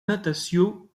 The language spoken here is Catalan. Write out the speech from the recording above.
natació